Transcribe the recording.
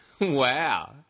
Wow